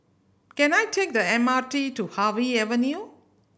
can I take the M R T to Harvey Avenue